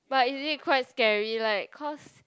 but is it quite scary like cause